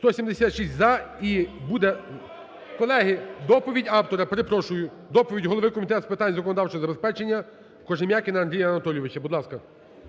За-176 І буде… Колеги, доповідь автора, перепрошую. Доповідь голови Комітету з питань законодавчого забезпечення Кожем'якіна Андрія Анатолійовича. Будь ласка.